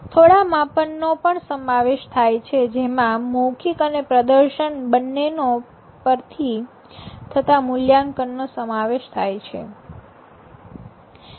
તેમાં થોડા માપન નો પણ સમાવેશ થાય છે જેમાં મૌખિક અને પ્રદર્શન બંનેનો પરથી થતા મુલ્યાંકનનો સમાવેશ થાય છે